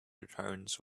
returns